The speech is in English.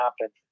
happen